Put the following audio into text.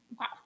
Wow